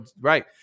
Right